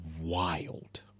wild